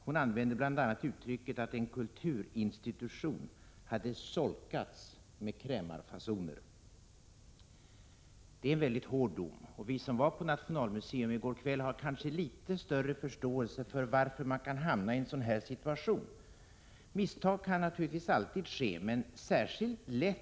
Hon använde bl.a. uttrycket att en kulturinstitution hade solkats genom krämarfasoner. Det är en väldigt hård dom. Vi som var på Nationalmuseum i går kväll har kanske litet större förståelse för att man kan hamna i en sådan här situation. Misstag kan naturligtvis alltid ske. Men särskilt lätt sker det när — Prot.